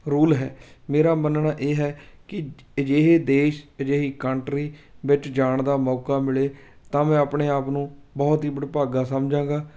rule ਹੈ ਮੇਰਾ ਮੰਨਣਾ ਇਹ ਹੈ ਕਿ ਅਜਿਹੇ ਦੇਸ਼ ਅਜਿਹੀ ਕੰਟਰੀ ਵਿੱਚ ਜਾਣ ਦਾ ਮੌਕਾ ਮਿਲੇ ਤਾਂ ਮੈਂ ਆਪਣੇ ਆਪ ਨੂੰ ਬਹੁਤ ਹੀ ਵਡਭਾਗਾ ਸਮਝਾਗਾਂ